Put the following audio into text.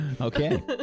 Okay